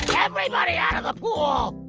everybody out of the pool.